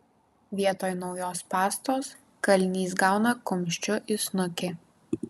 vietoj naujos pastos kalinys gauna kumščiu į snukį